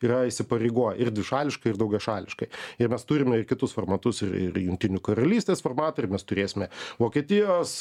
yra įsipareigoję ir dvišališkai ir daugiašališkai ir mes turime ir kitus formatus ir ir jungtinių karalystės formatą ir mes turėsime vokietijos